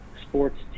sports